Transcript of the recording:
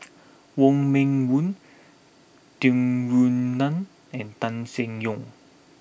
Wong Meng Voon Tung Yue Nang and Tan Seng Yong